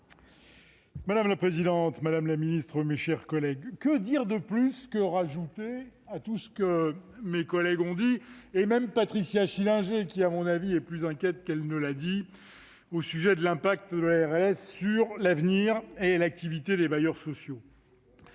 Madame la présidente, madame la ministre, mes chers collègues, que dire de plus ? Qu'ajouter à tout ce que mes collègues ont dit, y compris Patricia Schillinger, certainement plus inquiète qu'elle ne l'a dit des effets de la RLS sur l'avenir et l'activité des bailleurs sociaux ?